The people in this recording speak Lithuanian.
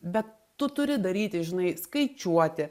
bet tu turi daryti žinai skaičiuoti